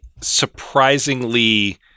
surprisingly